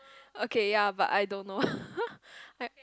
okay ya but I don't know I